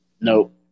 Nope